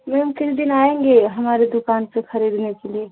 ma'am किस दिन आएँगी हमारी दुकान पर ख़रीदने के लिए